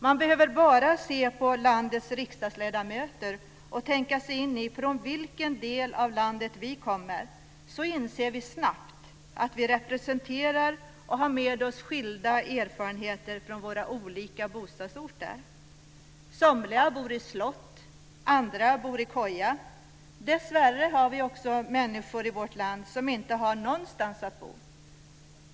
Man behöver bara se på landets riksdagsledamöter och tänka sig in i från vilken del av landet de kommer, så inser vi snabbt att de representerar och har med sig skilda erfarenheter från olika bostadsorter. Somliga bor i slott, andra bor i koja. Dessvärre finns det också människor i vårt land som inte har någonstans att bo.